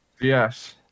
Yes